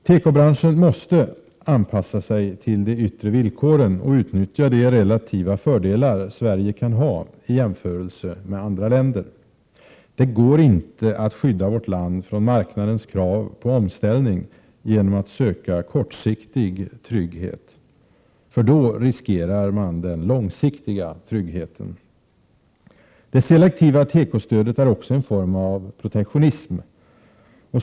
Tekobranschen måste anpassa sig till de yttre villkoren och utnyttja de relativa fördelar Sverige kan ha i jämförelse med andra länder. Det går inte att skydda vårt land från marknadens krav på omställning genom att söka kortsiktig trygghet. Därmed riskeras den långsiktiga tryggheten. Det selektiva tekostödet är också en form av protektionism.